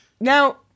Now